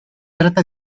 trata